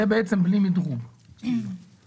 מה